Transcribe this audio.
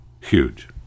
huge